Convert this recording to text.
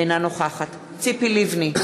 אינה נוכחת ציפי לבני,